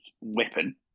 weapon